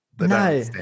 No